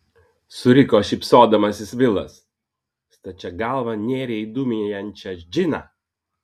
suriko šypsodamasis vilas stačia galva nėrei į dūmijančią džiną